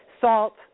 salt